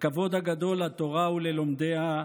הכבוד הגדול לתורה וללומדיה,